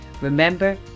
Remember